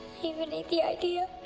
even hate the idea.